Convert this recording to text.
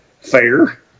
fair